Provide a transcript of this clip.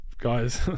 Guys